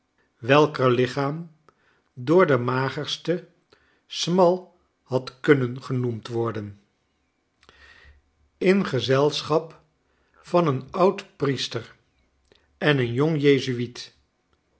welker lichaam door den magerste smal had kunnen genoemd worden in gezelschap van een oud priester en een jong jezui'et